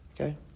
okay